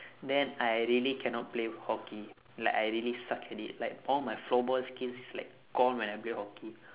then I really cannot play hockey like I really suck at it like all my floorball skills like gone when I play hockey